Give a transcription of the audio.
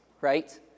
right